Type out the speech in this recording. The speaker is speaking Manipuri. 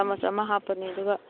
ꯆꯥꯃꯁ ꯑꯃ ꯍꯥꯞꯄꯅꯤ ꯑꯗꯨꯒ